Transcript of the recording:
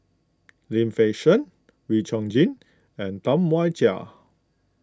Lim Fei Shen Wee Chong Jin and Tam Wai Jia